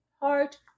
heart